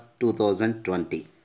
2020